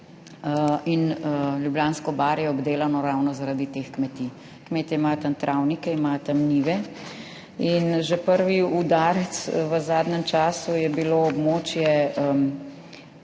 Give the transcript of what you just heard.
in Ljubljansko barje je obdelano ravno zaradi teh kmetij. Kmetje imajo tam travnike, imajo tam njive in že prvi udarec v zadnjem času je bilo območje